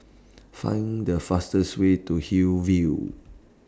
Find The fastest Way to Hillview